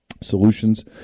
Solutions